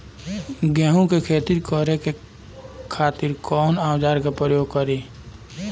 गेहूं के खेती करे खातिर कवन औजार के प्रयोग करी?